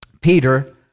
Peter